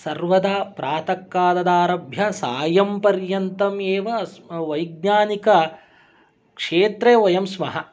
सर्वदा प्रातःकालादारभ्य सायंपर्यन्तम् एव वैज्ञानिक क्षेत्रे वयं स्मः